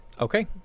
Okay